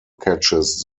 catches